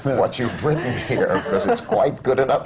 what you've written here, because it's quite good enough